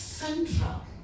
central